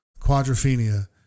Quadrophenia